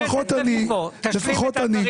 לפחות אני -- חבר הכנסת רביבו,